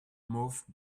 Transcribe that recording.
moved